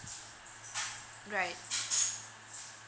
right